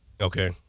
Okay